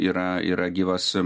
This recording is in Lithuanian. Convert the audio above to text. yra yra gyvas